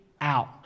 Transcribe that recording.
out